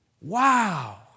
wow